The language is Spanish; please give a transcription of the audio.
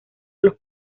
los